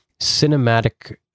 cinematic